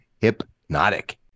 Hypnotic